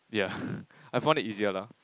yeah I found it easier lah